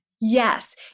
Yes